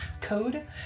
code